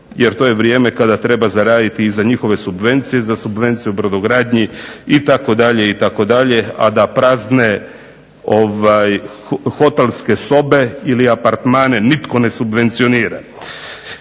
jer to je vrijeme kada treba zaraditi za njihove subvencije i za subvencije u brodogradnji itd. A da prazne hotelske sobe ili apartmane nitko ne subvencionira.